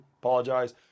apologize